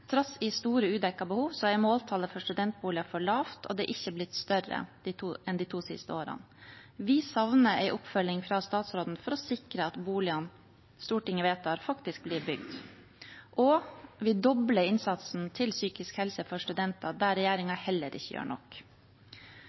i store udekte behov er måltallet for studentboliger for lavt, og det er ikke blitt større enn de to siste årene. Vi savner en oppfølging fra statsråden for å sikre at boligene Stortinget vedtar, faktisk blir bygd. Og vi dobler innsatsen til psykisk helse for studenter, der regjeringen heller ikke gjør